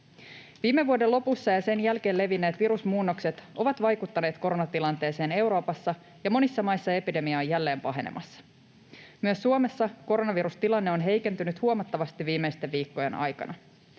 Viime vuoden lopussa ja sen jälkeen levinneet virusmuunnokset ovat vaikuttaneet koronatilanteeseen Euroopassa, ja monissa maissa epidemia on jälleen pahenemassa. Myös Suomessa koronavirustilanne on heikentynyt huomattavasti viimeisten viikkojen aikana.